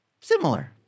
similar